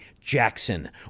Jackson